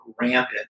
rampant